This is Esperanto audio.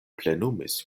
plenumis